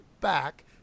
back